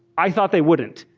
i thought they wouldnat.